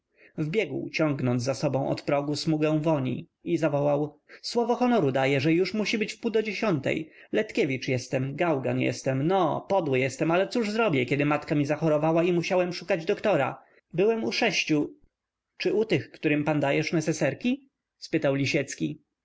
sztylety wbiegł ciągnąc za sobą od progu smugę woni i zawołał słowo honoru daję że już musi być wpół do dziesiątej letkiewicz jestem gałgan jestem no podły jestem ale cóż zrobię kiedy matka mi zachorowała i musiałem szukać doktora byłem u sześciu czy u tych którym dajesz pan neseserki spytał lisiecki